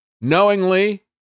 knowingly